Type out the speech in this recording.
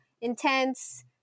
intense